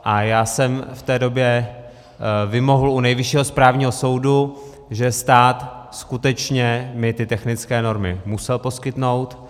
A já jsem v té době vymohl u Nejvyššího správního soudu, že stát mi skutečně ty technické normy musel poskytnout.